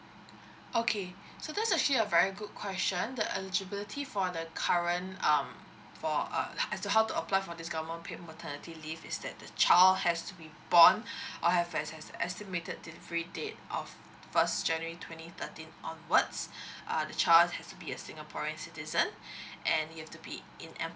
okay so that's actually a very good question the eligibility for the current um for uh as to how to apply for this government paid maternity leave is that the child has to be born or have has es~ estimated delivery date of first january twenty thirteen onwards uh the child has to be a singaporean citizen and you have to be in